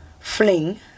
fling